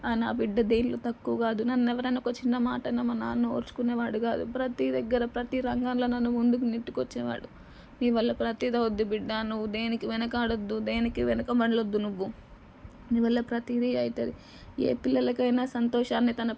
నా బిడ్డ దేనిలో తక్కువ కాదు నన్ను ఎవరైనా ఒక చిన్నమాట అన్నా మా నాన్న ఓర్చుకునేవాడు కాదు ప్రతీ దగ్గర ప్రతీ రంగంలో నన్ను ముందుకి నెట్టుకొచ్చేవాడు నీవల్ల ప్రతీదీ అవుద్ది బిడ్డ నువ్వు దేనికి వెనకాడవద్దు దేనికి వెనక మళ్ళద్దు నువ్వు నీవల్ల ప్రతీది అవుతుంది ఏ పిల్లలకైనా సంతోషాన్ని తన